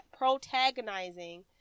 protagonizing